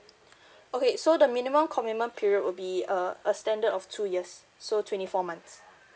okay so the minimum commitment period would be uh a standard of two years so twenty four months